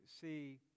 see